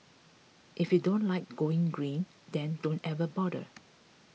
if you don't like going green then don't even bother